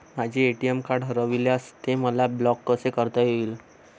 माझे ATM card हरविल्यास ते मला ब्लॉक कसे करता येईल?